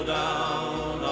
down